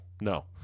No